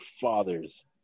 fathers